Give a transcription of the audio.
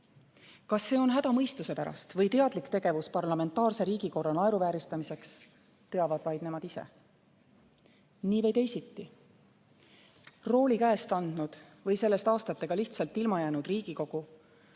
Kas see on häda mõistuse pärast või teadlik tegevus parlamentaarse riigikorra naeruvääristamiseks, teavad vaid nemad ise. Nii või teisiti, rooli käest andnud või sellest aastatega lihtsalt ilma jäänud Riigikogu,